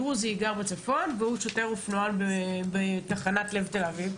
בצפון ומשרת כשוטר אופנוען בתחנת לב תל אביב.